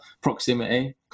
proximity